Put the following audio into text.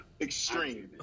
extreme